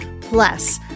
plus